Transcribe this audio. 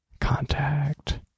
Contact